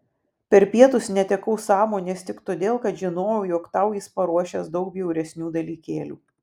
per pietus netekau sąmonės tik todėl kad žinojau jog tau jis paruošęs daug bjauresnių dalykėlių